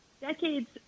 decades